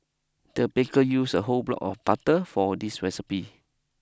the baker used a whole block of butter for this recipe